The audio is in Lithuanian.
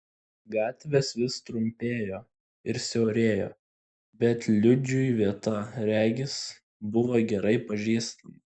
gatvės vis trumpėjo ir siaurėjo bet liudžiui vieta regis buvo gerai pažįstama